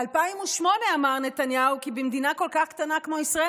ב-2008 אמר נתניהו כי במדינה כל כך קטנה כמו ישראל,